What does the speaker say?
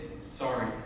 sorry